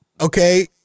Okay